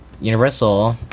Universal